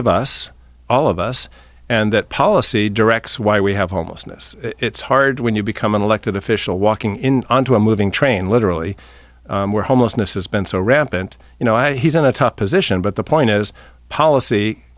of us all of us and that policy directs why we have homelessness it's hard when you become an elected official walking in to a moving train literally where homelessness has been so rampant you know i he's in a tough position but the point is policy